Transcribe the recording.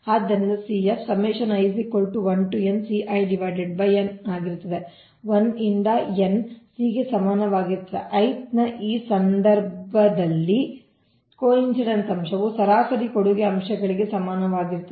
ಆದ್ದರಿಂದ CF ಆಗಿರುತ್ತದೆ 1 ರಿಂದ n C ಗೆ ಸಮಾನವಾಗಿರುತ್ತದೆ i ಈ ಸಂದರ್ಭದಲ್ಲಿ ಕೋಇನ್ಸಿಡೆನ್ಸ್ ಅಂಶವು ಸರಾಸರಿ ಕೊಡುಗೆ ಅಂಶಗಳಿಗೆ ಸಮಾನವಾಗಿರುತ್ತದೆ